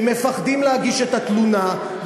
שמפחדים להגיש את התלונה.